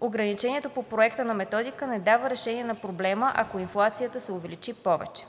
ограничението по проекта на методика не дава решение на проблема, ако инфлацията се увеличи повече.